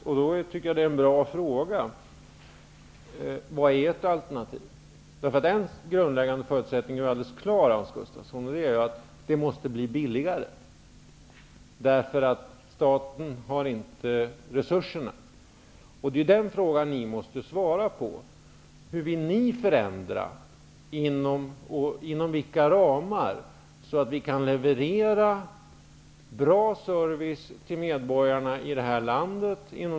Jag tycker att det är bra att fråga vad ert alternativ är. En grundläggande förutsättning är alldeles klar, Hans Gustafsson. Det är att det måste bli billigare. Staten har inte resurserna. Det är den frågan ni måste svara på. Hur vill ni förändra och inom vilka ramar, så att det går att leverera bra service inom den statliga verksamheten till medborgarna i det här landet?